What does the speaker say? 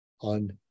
On